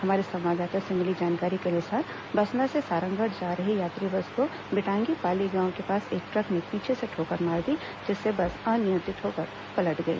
हमारे संवाददाता से मिली जानकारी के अनुसार बसना से सारंगढ़ जा रही यात्री बस को बीटांगी पाली गांव के पास एक ट्रक ने पीछे से ठोकर मार दी जिससे बस अनियंत्रित होकर पलट गई